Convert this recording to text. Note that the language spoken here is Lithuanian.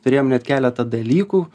turėjom net keletą dalykų